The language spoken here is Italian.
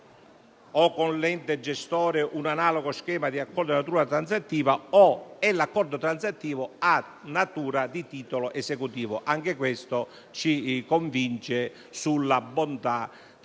o con l'ente gestore, un analogo schema di accordo di natura transattiva e l'accordo transattivo ha natura di titolo esecutivo. Anche questo ci convince sulla bontà dell'azione